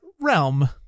realm